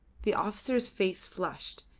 the officer's face flushed.